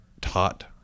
taught